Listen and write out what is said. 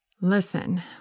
Listen